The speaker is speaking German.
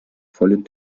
vollen